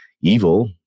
evil